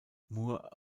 moore